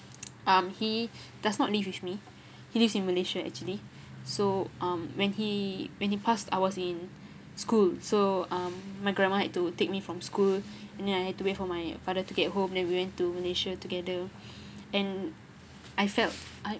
um he does not live with me he lives in malaysia actually so uh when he when he passed I was in school so um my grandma had to take me from school and then I had to wait for my father to get home then we went to malaysia together and I felt I